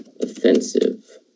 offensive